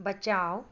बचाउ